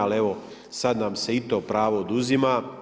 Ali evo sada nam se i to pravo oduzima.